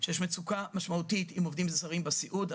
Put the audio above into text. שיש מצוקה משמעותית עם עובדים זרים בסיעוד.